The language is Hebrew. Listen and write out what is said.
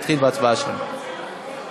להתחיל בהצבעה שמית.